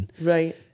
Right